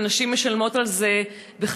ונשים משלמות על זה בחייהן.